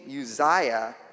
Uzziah